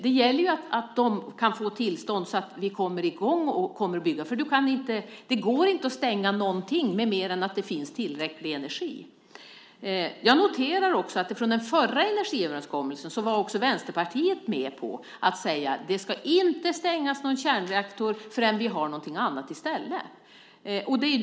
Det gäller ju att de kan få tillstånd så att vi kommer i gång att bygga. Det går inte att stänga någonting om det inte finns tillräckligt med energi. Jag noterar att i den förra energiöverenskommelsen var också Vänsterpartiet med på att säga att det inte ska stängas någon kärnreaktor förrän vi har något annat i stället.